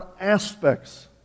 aspects